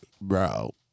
bro